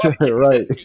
Right